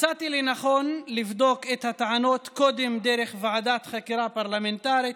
מצאתי לנכון לבדוק את הטענות קודם דרך ועדת חקירה פרלמנטרית,